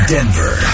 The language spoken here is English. Denver